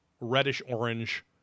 reddish-orange